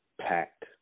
packed